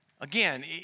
Again